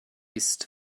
ist